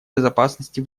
безопасности